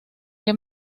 que